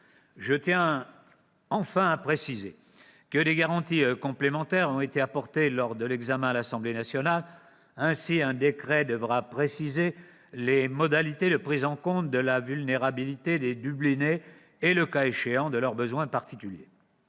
Je tiens à préciser que des garanties complémentaires ont été apportées lors de l'examen par l'Assemblée nationale. Ainsi, un décret devra préciser les modalités de prise en compte de la vulnérabilité des « dublinés » et, le cas échéant, de leurs besoins particuliers.